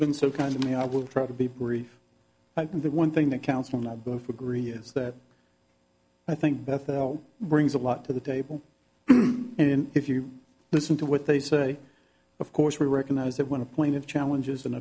been so kind to me i will try to be brief and the one thing that counts for not both agree is that i think bethel brings a lot to the table and if you listen to what they say of course we recognize that when a point of challenges an